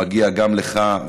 מגיע גם לך,